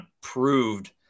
proved